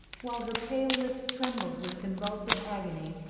while her pale lips trembled with convulsive agony,